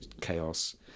chaos